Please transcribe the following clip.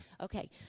Okay